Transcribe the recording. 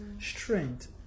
strength